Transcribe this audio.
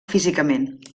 físicament